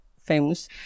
famous